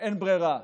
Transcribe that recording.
שאין ברירה,